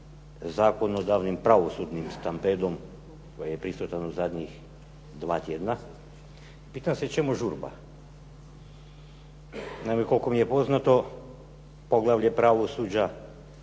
zakonodavnim pravosudnim stampedom koji je prisutan u zadnjih 2 tjedna. Pitam se čemu žurba? Naime, koliko mi je poznato, poglavlje Pravosuđa